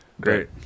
Great